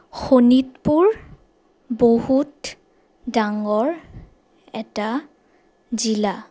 শোণিতপুৰ বহুত ডাঙৰ এটা জিলা